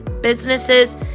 businesses